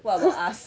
what about us